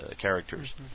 characters